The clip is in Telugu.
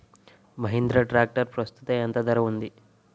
మహీంద్రా ట్రాక్టర్ ప్రస్తుతం ఎంత ధర ఉంది?